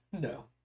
No